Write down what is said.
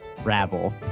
rabble